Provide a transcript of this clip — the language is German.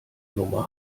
nummer